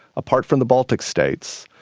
apart from the baltic states,